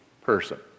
person